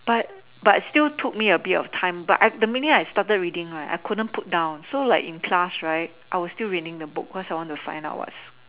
but but still took me a bit of time but I the minute I started reading I couldn't put it down so like in class right I was still reading the book cause I still want to find out what's